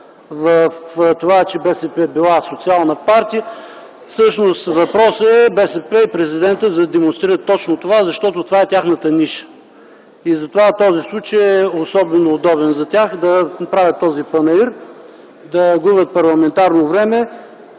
в това, че БСП била социална партия. Всъщност въпросът е БСП и президентът да демонстрират точно това, защото това е тяхната мисия. Затова този случай е особено удобен за тях, за да направят този панаир, да губят парламентарно време